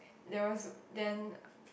there was then